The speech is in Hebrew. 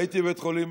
הייתי בבתי חולים